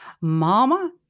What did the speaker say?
Mama